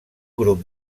grup